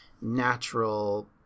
natural